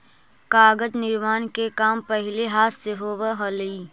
कागज निर्माण के काम पहिले हाथ से होवऽ हलइ